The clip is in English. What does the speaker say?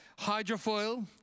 hydrofoil